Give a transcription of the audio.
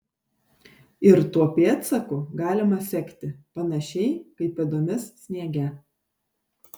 ir tuo pėdsaku galima sekti panašiai kaip pėdomis sniege